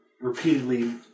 repeatedly